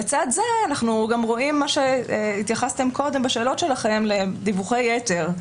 לצד זה אנחנו גם רואים מה שהתייחסתם קודם בשאלות שלכם לדיווחי יתר,